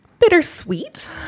bittersweet